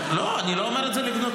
לא, אני לא אומר את זה לגנותו.